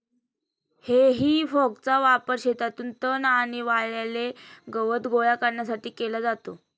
हेई फॉकचा वापर शेतातून तण आणि वाळलेले गवत गोळा करण्यासाठी केला जातो